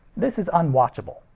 this is unwatchable.